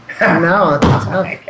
No